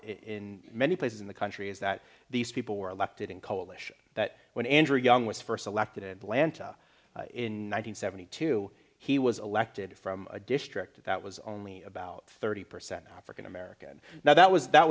in many places in the country is that these people were elected in coalition that when andrew young was first elected and lanta in one hundred seventy two he was elected from a district that was only about thirty percent african american now that was that